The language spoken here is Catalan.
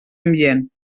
ambient